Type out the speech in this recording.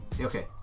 Okay